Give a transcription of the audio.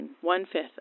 one-fifth